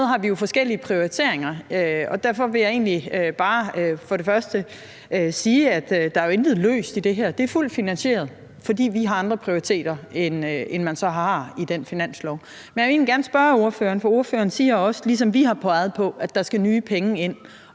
bare først sige, at der jo intet løst er i det her. Det er fuldt finansieret, fordi vi så har andre prioriteringer, end man så har i den finanslov. Men jeg vil egentlig gerne spørge ordføreren om en ting, for ordføreren siger også, at der skal nye penge ind,